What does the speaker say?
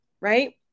right